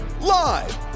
live